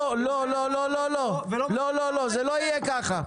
לא, זה לא יהיה כך.